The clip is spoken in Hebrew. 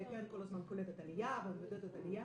כן כל הזמן קולטת עלייה ומעודדת עלייה